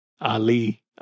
Ali